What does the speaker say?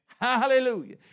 Hallelujah